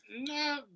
No